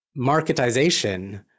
marketization